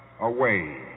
away